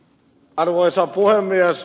arvoisa puhemies